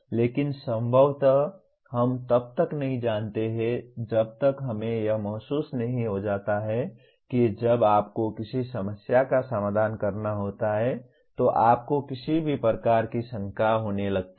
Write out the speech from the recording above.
लेकिन संभवतः हम तब तक नहीं जानते हैं जब तक हमें यह महसूस नहीं हो जाता है कि जब आपको किसी समस्या का समाधान करना होता है तो आपको किसी भी प्रकार की शंका होने लगती है